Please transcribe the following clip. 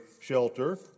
shelter